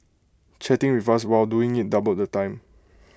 chatting with us while doing IT doubled the time